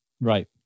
Right